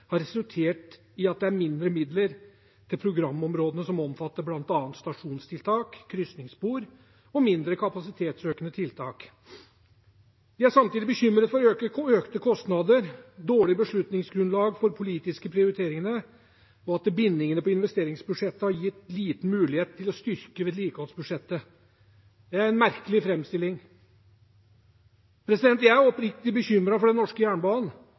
har resultert i at det er mindre midler til programområdene som omfatter blant annet stasjonstiltak, kryssingsspor og mindre kapasitetsøkende tiltak.» De er samtidig bekymret for økte kostnader, dårlig beslutningsgrunnlag for politiske prioriteringer, og at bindingene på investeringsbudsjettet har gitt liten mulighet til å styrke vedlikeholdsbudsjettet. Det er en merkelig framstilling. Jeg er oppriktig bekymret for den norske jernbanen.